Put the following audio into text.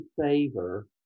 favor